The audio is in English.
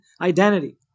identity